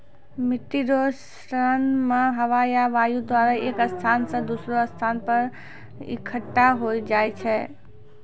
मिट्टी रो क्षरण मे हवा या वायु द्वारा एक स्थान से दोसरो स्थान पर इकट्ठा होय जाय छै